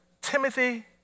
Timothy